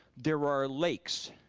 there are lakes,